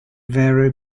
vero